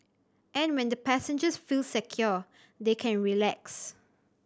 and when the passengers feel secure they can relax